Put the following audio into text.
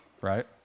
right